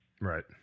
Right